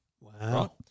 Wow